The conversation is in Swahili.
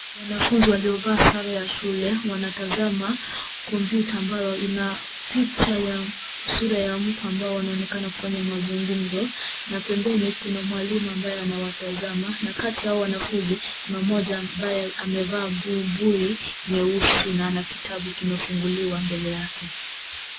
Wanafuzi waliovaa sare ya shule wanatazama kompyuta ambayo ina picha ya sura ya mtu ambao wanaonekana kufanya mazungumzo na pembeni kuna mwalimu ambaye anawatazama na kati ya hao wanafuzi kuna mmoja ambaye amevaa buibui nyeusi na ana kitabu kimefunguliwa mbele yake.